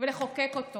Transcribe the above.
לחוקק אותו